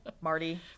Marty